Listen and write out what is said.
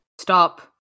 Stop